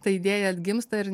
ta idėja atgimsta ir